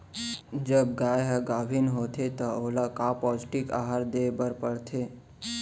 जब गाय ह गाभिन होथे त ओला का पौष्टिक आहार दे बर पढ़थे?